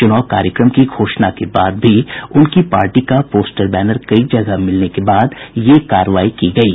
चूनाव कार्यक्रम की घोषणा के बाद भी उनकी पार्टी का पोस्टर बैनर कई जगह मिलने के बाद ये कार्रवाई की गयी